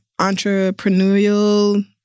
entrepreneurial